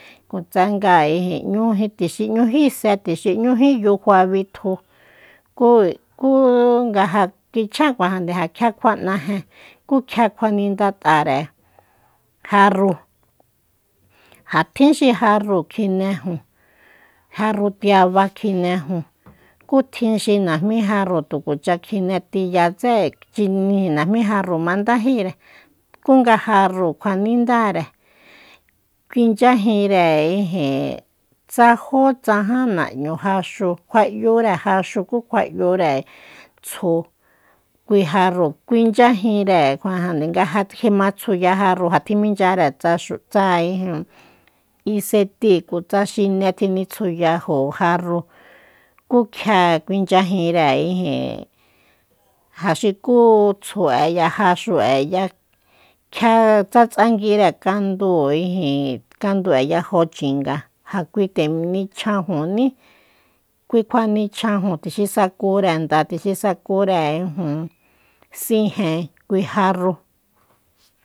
Kutsanga tuxi n'ñújí se tuxi n'ñújí yufa bitju ku- ku nga ja kichjan kuajande ja kjia kjua n'ajen ku kjia kjuanindat'are jarru ja tjin xi jarrúu kjinejun jarru tiaba kjineju ku tjin xi najmi jarru tukuacha kjine tiyatsé najmi jarru mandajíre ku nga jarru kjuanindare minchyajinre tsa jó tsa jan nan'ñu jaxúu kjua 'yure jaxu ku kjua 'yure tsju kui jarru kuinchyajinre kuajande nga ja kjimatsuya jarru ja tjiminchyare tsa xu tsa ijin isetíi ku tsa xine tjinitsuyajo jarrúu ku kjia cuinchyajinre ijin ja xukú tsju'e ya jaxú'e ya kjia tsa tsanguire kandúu ijin kandú'e yajo chinga ja kui tenichjajuní kui kjua nichjajo tuxi sakure nda tuxi sakure ijin sijen kui jarru